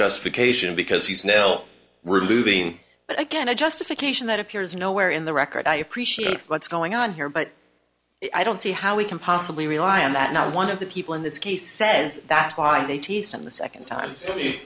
justification because he's nel we're living again a justification that appears nowhere in the record i appreciate what's going on here but i don't see how we can possibly rely on that not one of the people in this case says that's why eighty seven the second time